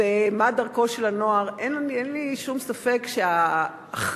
ומה דרכו של הנוער, אין לי שום ספק שהאחריות,